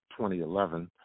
2011